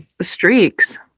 Streaks